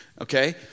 Okay